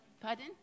Pardon